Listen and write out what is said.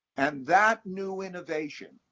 and that new innovation,